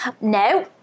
no